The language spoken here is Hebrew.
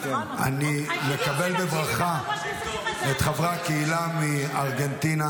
אני מקבל בברכה את חברי הקהילה מארגנטינה,